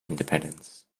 independence